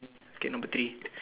okay number three